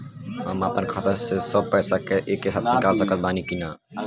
हम आपन खाता से सब पैसा एके साथे निकाल सकत बानी की ना?